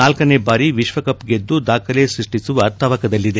ನಾಲ್ಕನೆ ಬಾರಿ ವಿಶ್ವಕಪ್ ಗೆದ್ದು ದಾಖಲೆ ಸೃಷ್ಟಿಸುವ ತವಕದಲ್ಲಿದೆ